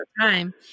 time